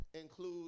include